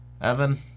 Evan